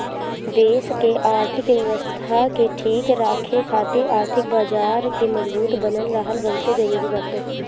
देस के आर्थिक व्यवस्था के ठीक राखे खातिर आर्थिक बाजार के मजबूत बनल रहल बहुते जरुरी बाटे